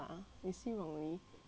我要放屁